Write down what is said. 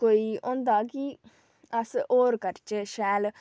कोई होंदा किअस होर करचे शैल